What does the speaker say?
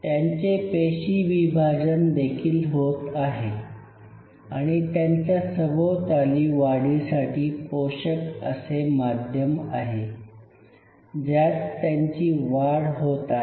त्यांचे पेशी विभाजन देखील होत आहे आणि त्यांच्या सभोवताली वाढीसाठी पोषक असे माध्यम आहे ज्यात त्यांची वाढ होत आहे